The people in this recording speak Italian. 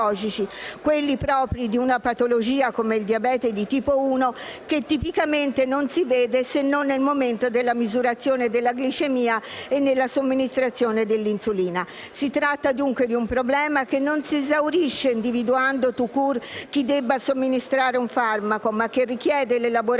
quelli propri di una patologia come il diabete di tipo 1 che, tipicamente, non si vede, se non nel momento della misurazione della glicemia e nella somministrazione dell'insulina. Si tratta di un problema, dunque, che non si esaurisce individuando *tout court* chi debba somministrare un farmaco, ma che richiede l'elaborazione